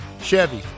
Chevy